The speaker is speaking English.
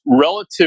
relative